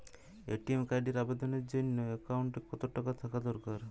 ATM কার্ডের আবেদনের জন্য অ্যাকাউন্টে কতো টাকা থাকা দরকার?